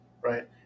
right